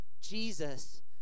Jesus